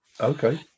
okay